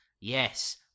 Yes